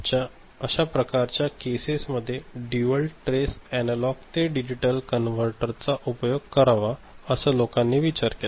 तर अश्या प्रकारच्या केसेस मध्ये ड्युअल ट्रेस अनालॉग ते डिजिटल कॉन्व्हेटर चा उपयोग करावा असा लोकांनी विचार केला